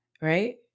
right